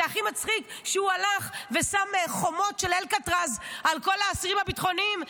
זה הכי מצחיק שהוא הלך ושם חומות של אלקטרז על כל האסירים הביטחוניים,